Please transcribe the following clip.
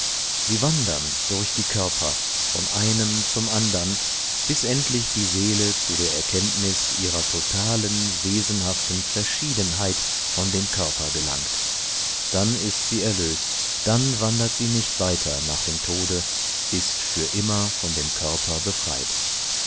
sie wandern durch die körper von einem zum andern bis endlich die seele zu der erkenntnis ihrer totalen wesenhaften verschiedenheit von dem körper gelangt dann ist sie erlöst dann wandert sie nicht weiter nach dem tode ist für immer von dem körper befreit